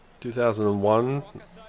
2001